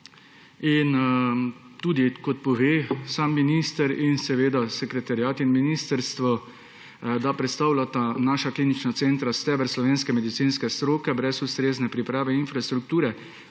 centra. Kot povedo sam minister in sekretariat in ministrstvo, predstavljata naša klinična centra steber slovenske medicinske stroke. Brez ustrezne priprave infrastrukture